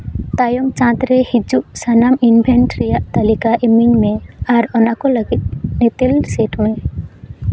ᱛᱟᱭᱚᱢ ᱪᱟᱸᱫᱽ ᱨᱮ ᱦᱤᱡᱩᱜ ᱥᱟᱱᱟᱢ ᱤᱵᱷᱮᱱᱴ ᱨᱮᱭᱟᱜ ᱛᱟᱹᱞᱤᱠᱟ ᱮᱢᱟᱹᱧ ᱢᱮ ᱟᱨ ᱚᱱᱟ ᱠᱚ ᱞᱟᱹᱜᱤᱫ ᱧᱮᱛᱮᱞ ᱥᱮᱹᱴ ᱢᱮ